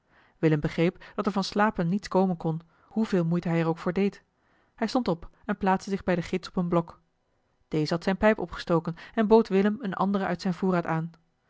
willem begreep dat er van slapen niets komen kon hoeveel moeite hij er ook voor deed hij stond op en plaatste zich bij den gids op een blok deze had zijne pijp opgestoken en bood willem eene andere uit zijn voorraad aan